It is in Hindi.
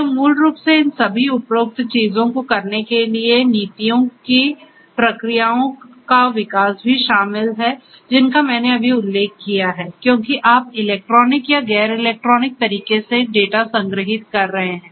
यह मूल रूप से इन सभी उपरोक्त चीजों को करने के लिए नीतियों की प्रक्रियाओं का विकास भी शामिल है जिनका मैंने अभी उल्लेख किया है क्योंकि आप इलेक्ट्रॉनिक या गैर इलेक्ट्रॉनिक तरीके से डेटा संग्रहीत कर रहे हैं